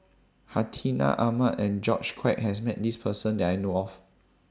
Hartinah Ahmad and George Quek has Met This Person that I know of